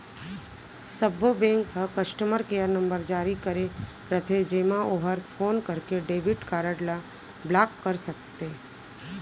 सब्बो बेंक ह customer care number जारी करे रथे जेमा ओहर फोन करके डेबिट कारड ल ब्लाक कर सकत हे